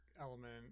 element